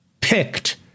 picked